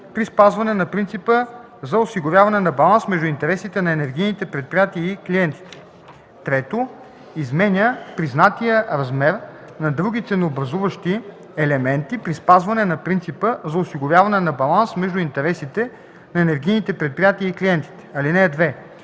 при спазване на принципа за осигуряване на баланс между интересите на енергийните предприятия и клиентите; 3. изменя признатия размер на други ценообразуващи елементи при спазване на принципа за осигуряване на баланс между интересите на енергийните предприятия и клиентите. (2)